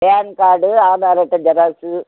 பான் card Aadhaar அட்டை xerox